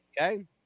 Okay